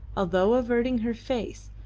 although averting her face,